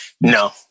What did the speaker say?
no